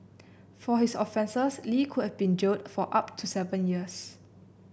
for his offences Li could have been jailed for up to seven years